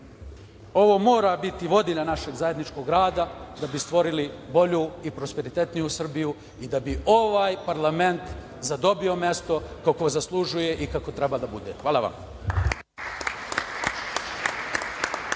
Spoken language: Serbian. mora biti vodilja našeg zajedničkog rada da bi stvorili bolju i prosperitetniju Srbiju i da bi ovaj parlament zadobio mesto kakvo zaslužuje i kakvo treba da bude. Hvala.